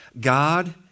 God